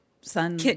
son